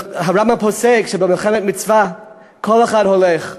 הרמב"ם פוסק שבמלחמת מצווה כל אחד הולך ללחום,